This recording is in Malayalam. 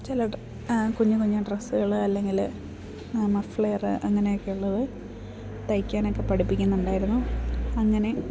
ചെല കുഞ്ഞ് കുഞ്ഞ് ഡ്രസ്സുകള് അല്ലെങ്കിൽ മഫ്ളെയറ് അങ്ങനെയൊക്കെ ഉള്ളത് തയ്ക്കാനക്കെ പഠിപ്പിക്കുന്നുണ്ടായിരുന്നു അങ്ങനെ